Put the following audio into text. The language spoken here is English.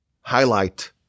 highlight